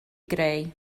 greu